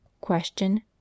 Question